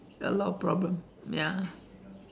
a lot of problems ya